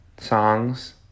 Songs